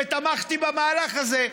ותמכתי במהלך הזה.